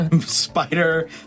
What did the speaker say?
Spider